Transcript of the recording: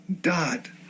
dot